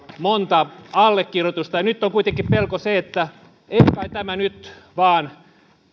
monta allekirjoitusta nyt on kuitenkin pelko se että ei kai tätä nyt vaan